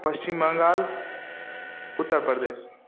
Paschim Bangal Uttar Pradesh